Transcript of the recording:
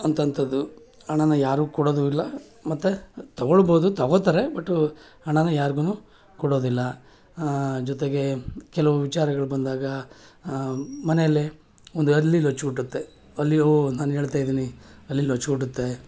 ಅಂಥಂಥದ್ದು ಹಣನ ಯಾರೂ ಕೊಡೋದು ಇಲ್ಲ ಮತ್ತು ತಗೊಳ್ಬೋದು ತಗೊಳ್ತಾರೆ ಬಟ್ ಹಣನ ಯಾರ್ಗೂ ಕೊಡೋದಿಲ್ಲ ಜೊತೆಗೆ ಕೆಲವು ವಿಚಾರಗಳು ಬಂದಾಗ ಮನೆಯಲ್ಲೇ ಒಂದು ಅಲ್ಲಿ ಲಚ್ಗುಟ್ಟುತ್ತೆ ಅಲ್ಲಿ ಓ ನಾನು ಹೇಳ್ತಾ ಇದ್ದೀನಿ ಹಲ್ಲಿ ಲಚ್ಗುಟ್ಟುತ್ತೆ